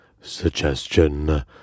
suggestion